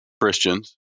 Christians